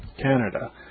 Canada